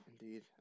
Indeed